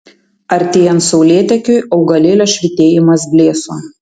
artėjant saulėtekiui augalėlio švytėjimas blėso